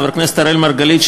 חבר הכנסת אראל מרגלית,